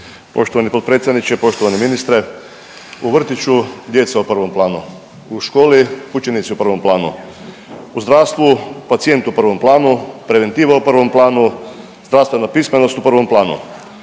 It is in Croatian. Poštovani potpredsjedniče, poštovani ministre. U vrtiću djeca u prvom planu, u školi učenici u prvom planu, u zdravstvu pacijent u prvom planu, preventiva u prvom planu, zdravstvena pismenost u prvom planu,